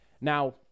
Now